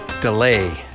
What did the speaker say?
delay